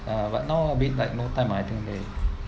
uh but now a bit like no time I think they